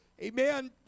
Amen